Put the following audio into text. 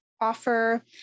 offer